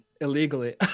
illegally